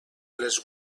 les